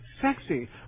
Sexy